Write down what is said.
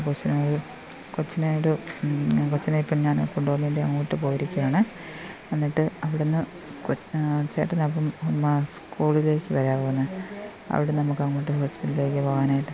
അപ്പം കൊച്ചിന് ഒരു കൊച്ചിനെ ഒരു കൊച്ചിനെ ഇപ്പോൾ ഞാൻ കൊണ്ടു പോകാൻ വേണ്ടി അങ്ങോട്ട് പോയിരിക്കയാണ് എന്നിട്ട് അവിടുന്ന് കൊ ചേട്ടൻ അപ്പം ഒന്നാ സ്കൂളിലേക്ക് വരാവോ ഒന്ന് അവിടുന്ന് നമുക്ക് അങ്ങോട്ട് ഹോസ്പിറ്റലിലേക്ക് പോകാനായിട്ട്